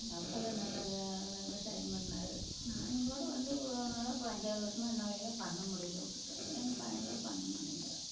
எங்கள் அப்பாலாம் நல்லா விவசாயம் பண்ணார் நானும் கூட வந்து இவ்வளோ நாளாக இப்போ அஞ்சாறு வருசமாக என்னாலேலாம் பண்ண முடியல விட்டுட்டேன் எங்கள் பையன்களும் பண்ண மாட்டேங்கிறாங்க